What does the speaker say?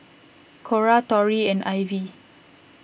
Cora Tory and Ivy